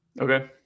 Okay